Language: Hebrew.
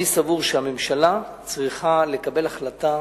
שהממשלה צריכה לקבל החלטה